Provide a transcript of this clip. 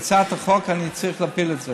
כהצעת חוק אני צריך להפיל את זה.